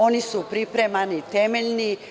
Oni su pripremani temeljno.